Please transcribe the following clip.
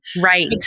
Right